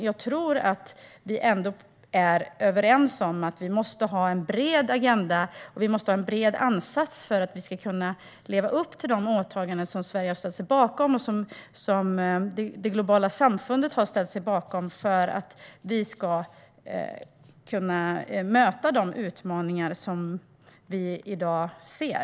Jag tror att vi ändå är överens om att vi måste ha en bred agenda och en bred ansats för att kunna leva upp till de åtaganden som Sverige och det globala samfundet har ställt sig bakom och för att vi ska kunna möta de utmaningar som vi i dag ser.